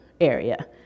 area